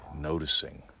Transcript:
noticing